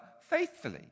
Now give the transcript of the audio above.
faithfully